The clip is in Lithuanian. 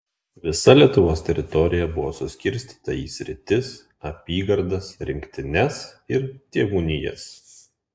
visa lietuvos teritorija buvo suskirstyta į sritis apygardas rinktines ir tėvūnijas